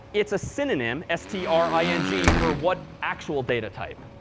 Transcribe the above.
it's a synonym s t r i n g for what actual data type?